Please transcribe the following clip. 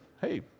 Hey